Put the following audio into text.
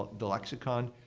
ah the lexicon,